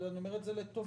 אני אומר את זה לטובה